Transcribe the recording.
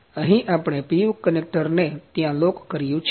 અહીં આપણે PU connector ને ત્યાં લોક કર્યું છે